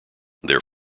their